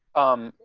um,